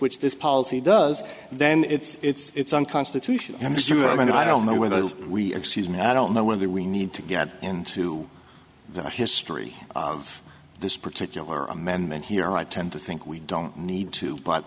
which this policy does then it's unconstitutional and it's true i don't know where those we excuse me i don't know whether we need to get into the history of this particular amendment here i tend to think we don't need to but